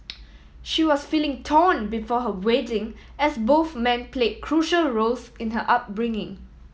she was feeling torn before her wedding as both men played crucial roles in her upbringing